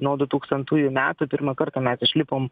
nuo du tūkstantųjų metų pirmą kartą mes išlipom